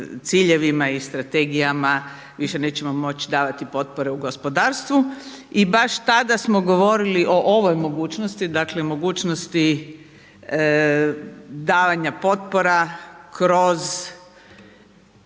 ciljevima i strategijama, više nećemo moći davati potpore u gospodarstvu i baš tada smo govorili o ovoj mogućnosti dakle mogućnosti davanja potpora kroz